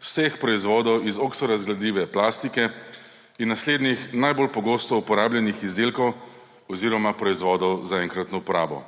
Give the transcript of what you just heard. vseh proizvodov iz oksorazgradljive plastike in naslednjih najbolj pogosto uporabljenih izdelkov oziroma proizvodov za enkratno uporabo: